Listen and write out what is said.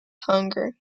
hunger